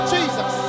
Jesus